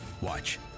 watch